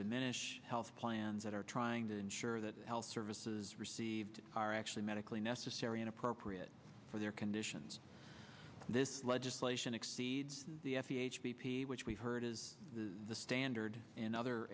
diminish health plans that are trying to ensure that health services received are actually medically necessary and appropriate for their conditions this legislation exceeds the f d a which we've heard is the standard in other